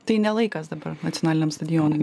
tai ne laikas dabar nacionaliniam stadionui